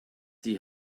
die